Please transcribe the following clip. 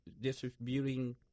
distributing